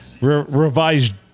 revised